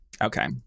Okay